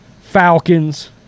Falcons